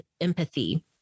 empathy